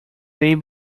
they